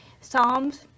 Psalms